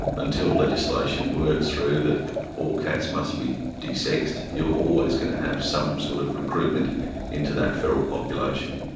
until legislation works through that all cats must be de-sexed, you're always going to have some sort of recruitment into that feral population.